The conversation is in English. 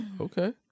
Okay